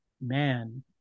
man